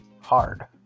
hard